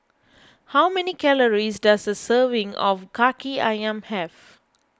how many calories does a serving of Kaki Ayam have